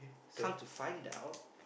come to find out